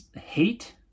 Hate